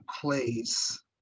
place